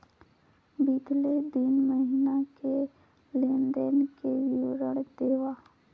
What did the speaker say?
बितले तीन महीना के लेन देन के विवरण देवा?